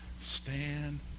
Stand